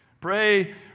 Pray